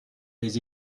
les